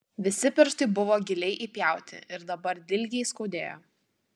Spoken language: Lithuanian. visi pirštai buvo giliai įpjauti ir dabar dilgiai skaudėjo